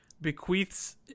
bequeaths